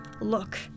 Look